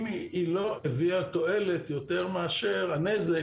אם היא לא הביאה תועלת יותר מאשר הנזק